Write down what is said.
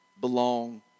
belong